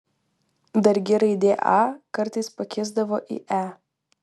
dargi raidė a kartais pakisdavo į e